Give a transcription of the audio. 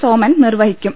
സോമൻ നിർവ്വഹിക്കും